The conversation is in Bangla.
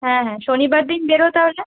হ্যাঁ হ্যাঁ শনিবার দিন বেরো তাহলে